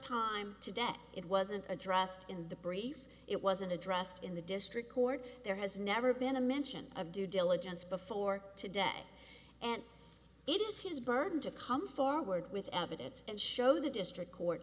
time today it wasn't addressed in the brief it wasn't addressed in the district court there has never been a mention of due diligence before today and it is his burden to come forward with evidence and show the district court